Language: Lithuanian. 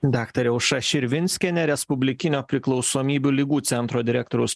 daktarė aušra širvinskienė respublikinio priklausomybių ligų centro direktoriaus